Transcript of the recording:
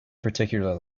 particular